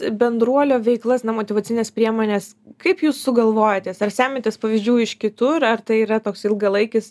bendruolio veiklas na motyvacines priemones kaip jūs sugalvojot jas ar semiatės pavyzdžių iš kitur ar tai yra toks ilgalaikis